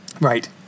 Right